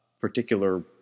particular